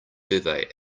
survey